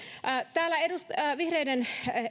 täällä vihreiden